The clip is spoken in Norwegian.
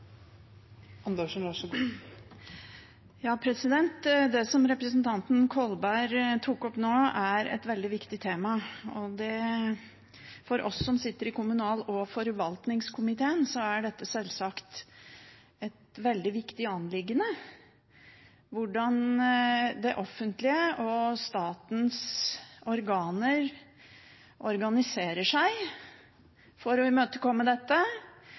et veldig viktig tema. For oss som sitter i kommunal- og forvaltningskomiteen, er det sjølsagt et veldig viktig anliggende hvordan det offentlige og statens organer organiserer seg for å imøtekomme dette,